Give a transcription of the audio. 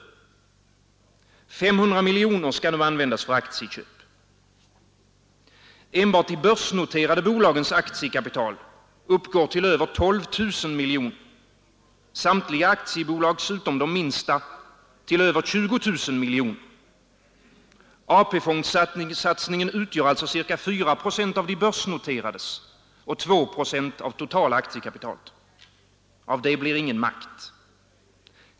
500 miljoner skall nu användas för aktieköp. Enbart de börsnoterade bolagens aktiekapital uppgår till över 12 000 miljoner, samtliga aktiebolags utom de minsta till över 20 000 miljoner. AP-fondssatsningen utgör alltså ca 4 procent av de börsnoterades aktiekapital och 2 procent av det totala aktiekapitalet. Av det blir ingen makt.